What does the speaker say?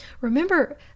Remember